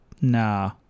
nah